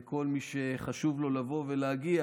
לכל מי שחשוב לו לבוא ולהגיע.